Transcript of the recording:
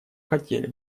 хотели